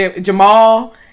Jamal